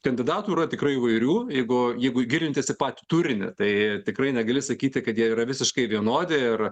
kandidatų yra tikrai įvairių jeigu jeigu gilintis į patį turinį tai tikrai negali sakyti kad jie yra visiškai vienodi ir